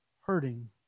hurting